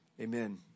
Amen